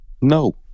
No